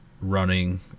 running